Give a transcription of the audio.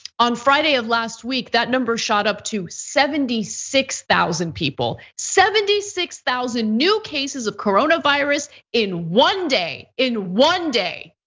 on friday of last week, that number shot up to seventy six thousand people, seventy six thousand new cases of coronavirus in one day, in one day.